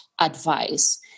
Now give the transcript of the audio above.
advice